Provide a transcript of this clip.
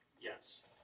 Yes